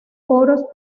poros